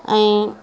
ऐं